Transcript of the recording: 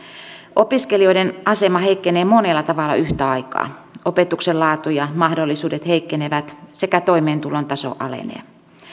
opiskelijoiden asema heikkenee monella tavalla yhtä aikaa opetuksen laatu ja mahdollisuudet heikkenevät sekä toimeentulon taso alenee